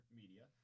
media